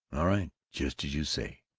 all right, just as you say.